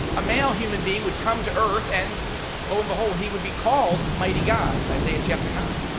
a male human being would come to earth, and lo and behold, he would be called mighty god, isaiah chapter nine.